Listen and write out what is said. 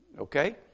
Okay